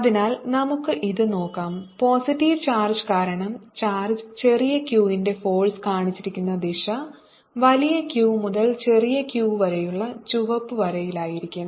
അതിനാൽ നമുക്ക് ഇത് നോക്കാം പോസിറ്റീവ് ചാർജ് കാരണം ചാർജ് ചെറിയ q ന്റെ ഫോഴ്സ് കാണിച്ചിരിക്കുന്ന ദിശ വലിയ Q മുതൽ ചെറിയ q വരെയുള്ള ചുവപ്പ് വരിയിലായിരിക്കും